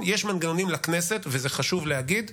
התשפ"ג 2023. אני מזמין את יושב-ראש ועדת הפנים והגנת הסביבה,